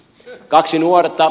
on kaksi nuorta